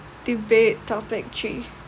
debate topic three